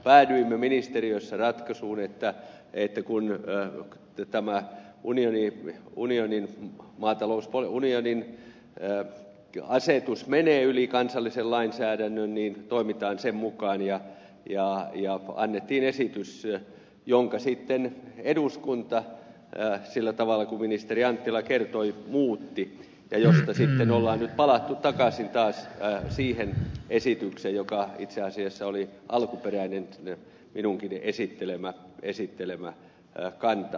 päädyimme ministeriössä ratkaisuun että kun tämä unionin asetus menee yli kansallisen lainsäädännön niin toimitaan sen mukaan ja annettiin esitys jonka sitten eduskunta sillä tavalla kuin ministeri anttila kertoi muutti ja josta sitten on nyt palattu takaisin taas siihen esitykseen joka itse asiassa oli alkuperäinen minunkin esittelemäni kanta